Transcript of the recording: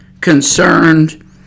concerned